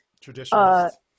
Traditionalists